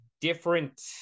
different